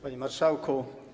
Panie Marszałku!